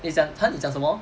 it's your turn 你讲什么